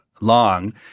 long